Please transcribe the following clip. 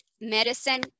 medicine